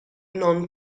non